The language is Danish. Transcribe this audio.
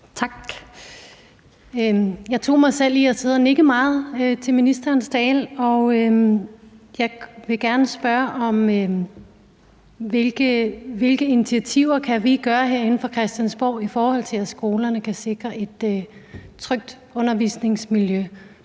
Tak. Jeg tog mig selv i at sidde og nikke meget til ministerens tale. Jeg vil gerne spørge om, hvilke initiativer vi kan tage herinde fra Christiansborg, for at skolerne kan sikre et trygt undervisningsmiljø,